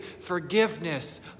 forgiveness